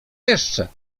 jeszcze